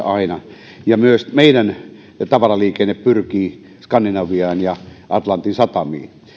aina itärajalle ja myös meidän tavaraliikenne pyrkii skandinaviaan ja atlantin satamiin